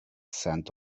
scent